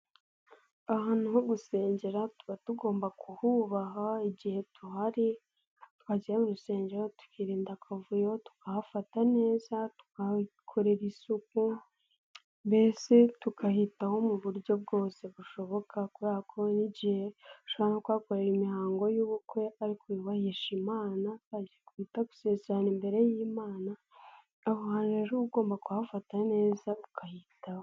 Ahantu ho gusengera tuba tugomba kuhubaha igihe duhari. Twagera mu rusengero tukirinda akavuyo tukahafata neza tukahakorera isuku. Mbese tukahitaho mu buryo bwose bushoboka kubera ko hari n'igihe ushobora no kuhakorera imihango y'ubukwe ariko yubahisha imana. Icyo bita gusezerana imbere y'imana. Aho rero uba ugomba kuhafata neza ukahitaho.